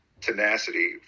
tenacity